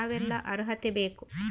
ಯಾವೆಲ್ಲ ಅರ್ಹತೆ ಬೇಕು?